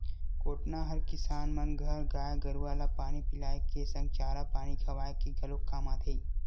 कोटना हर किसान मन घर गाय गरुवा ल पानी पियाए के संग चारा पानी खवाए के घलोक काम आथे